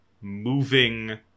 moving